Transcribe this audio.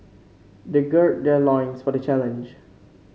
they gird their loins for the challenge